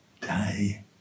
day